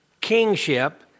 kingship